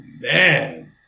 man